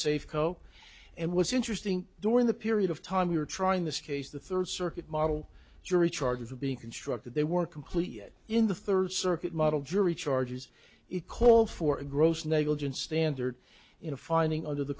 safeco and was interesting during the period of time we are trying this case the third circuit model jury charges are being constructed they were complete yet in the third circuit model jury charges it called for a gross negligence standard in a finding under the